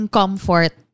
comfort